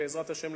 בעזרת השם,